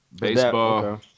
baseball